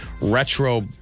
retro